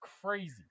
crazy